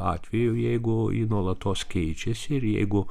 atveju jeigu ji nuolatos keičiasi ir jeigu